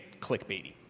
clickbaity